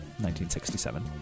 1967